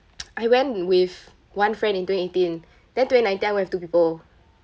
I went with one friend in twenty eighteen then twenty nineteen I went with two people